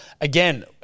Again